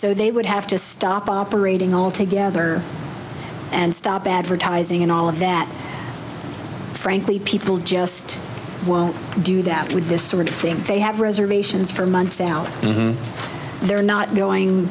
so they would have to stop operating altogether and stop advertising and all of that frankly people just won't do that with this sort of thing they have reservation as for months now they're not going